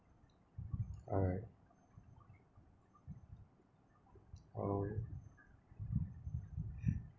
alright oh